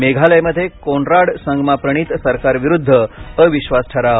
मेघालयमध्ये कोनराड संगमा प्रणित सरकारविरुद्ध अविश्वास ठराव